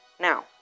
now